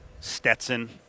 Stetson